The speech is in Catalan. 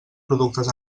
productes